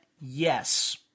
yes